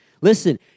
Listen